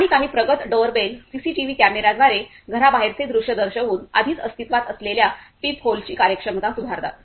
आणि काही प्रगत डोअरबेल सीसी टीव्ही कॅमेर्याद्वारे घराबाहेरचे दृश्य दर्शवून आधीच अस्तित्वात असलेल्या पीपहोलची कार्यक्षमता सुधारतात